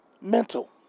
Mental